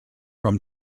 from